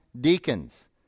deacons